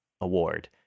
award